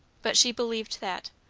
but she believed that.